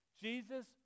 Jesus